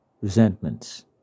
resentments